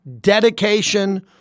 dedication